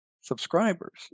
subscribers